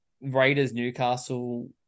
Raiders-Newcastle